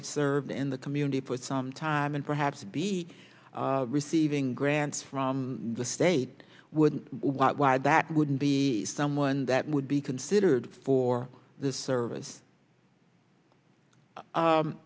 have served in the community for some time and perhaps be receiving grants from the state wouldn't why that wouldn't be someone that would be considered for the service